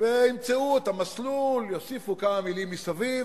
וימצאו את המסלול, יוסיפו כמה מלים מסביב,